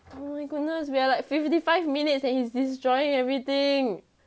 oh my goodness we are like fifty five minutes and he's destroying everything